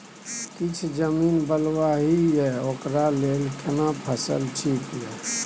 किछ जमीन बलुआही ये ओकरा लेल केना फसल ठीक ये?